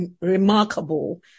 remarkable